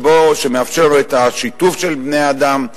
שמאפשר את השיתוף של בני-האדם,